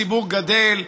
הציבור גדל,